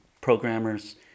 programmers